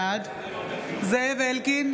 בעד זאב אלקין,